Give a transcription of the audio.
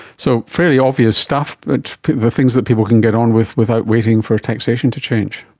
so, fairly obvious stuff, the things that people can get on with without waiting for taxation to change.